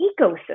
ecosystem